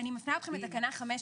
אני מפנה אתכם לתקנה 15,